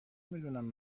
میدونم